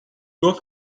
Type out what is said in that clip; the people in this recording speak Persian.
گفت